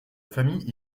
famille